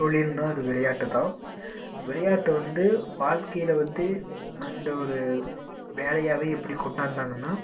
தொழில்னால் அது விளையாட்டு தான் விளையாட்டு வந்து வாழ்க்கையில் வந்து அந்த ஒரு வேலையாகவே எப்படி கொண்டாந்தாங்கன்னால்